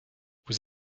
vous